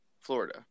Florida